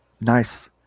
nice